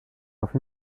off